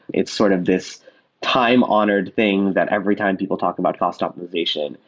it's sort of this time-honored thing that every time people talk about cost optimization,